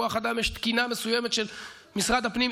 בכוח אדם יש תקינה מסוימת של משרד הפנים,